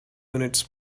units